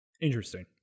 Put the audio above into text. interesting